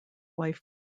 wife